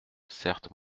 certes